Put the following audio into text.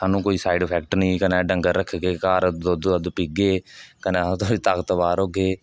सानूं कोई side effect नेईं कन्नै डंगर रखगे घर दुद्ध दद्ध पीगे कन्नै ओह् थोह्ड़ी ताकतबार होगे